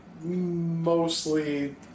mostly